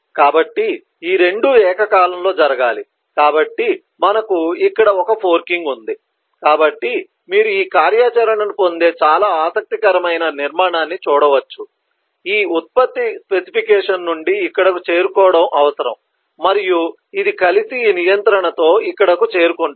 కాబట్టి ఈ రెండూ ఏకకాలంలో జరగాలి కాబట్టి మనకు ఇక్కడ ఒక ఫోర్కింగ్ ఉంది కాబట్టి మీరు ఈ కార్యాచరణను పొందే చాలా ఆసక్తికరమైన నిర్మాణాన్ని చూడవచ్చు ఈ ఉత్పత్తి స్పెసిఫికేషన్ నుండి ఇక్కడకు చేరుకోవడం అవసరం మరియు ఇది కలిసి ఈ నియంత్రణతో ఇక్కడకు చేరుకుంటుంది